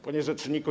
Panie Rzeczniku!